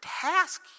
task